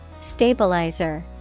Stabilizer